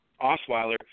Osweiler